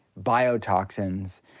biotoxins